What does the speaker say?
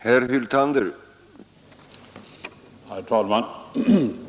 Herr talman!